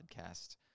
podcast